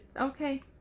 Okay